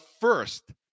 first